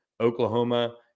Oklahoma